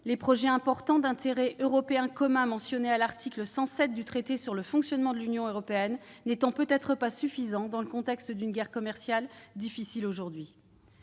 les projets importants d'intérêt européen commun, les PIIEC, mentionnés à l'article 107 du traité sur le fonctionnement de l'Union européenne n'étant peut-être pas suffisants dans le contexte d'une guerre commerciale aujourd'hui